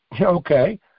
Okay